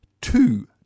two